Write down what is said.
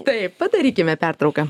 taip padarykime pertrauką